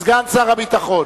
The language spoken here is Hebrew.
סגן שר הביטחון.